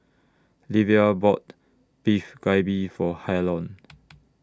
Livia bought Beef Galbi For Harlon